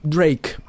Drake